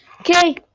Okay